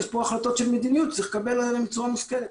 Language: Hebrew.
יש פה החלטות של מדיניות שצריך לקבל עליהם בצורה מושכלת.